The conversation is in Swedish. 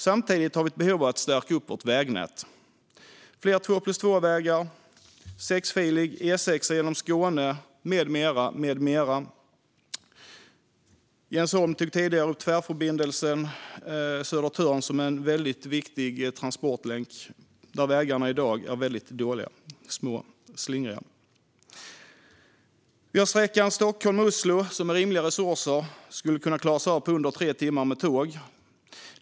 Samtidigt finns det behov av att stärka upp vårt vägnät med fler två-plus-två-vägar, sexfilig E6:a genom Skåne med mera. Jens Holm tog tidigare upp Tvärförbindelse Södertörn. Det är en viktig transportlänk, och vägarna där är i dag dåliga, små och slingriga. Sträckan Stockholm-Oslo skulle också med rimliga resurser kunna klaras av på under tre timmar med tåg.